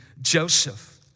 Joseph